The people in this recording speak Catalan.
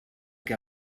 què